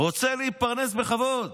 רוצה להתפרנס בכבוד,